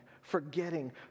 Forgetting